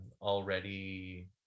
already